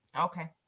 Okay